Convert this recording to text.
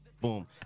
boom